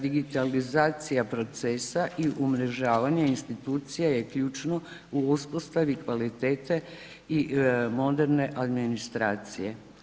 Digitalizacija procesa i umrežavanje institucija je ključno u uspostavi kvalitete i moderne administracije.